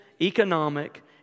economic